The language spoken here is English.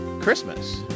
Christmas